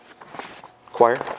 Choir